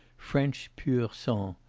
french pur sang,